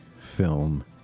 film